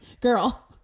girl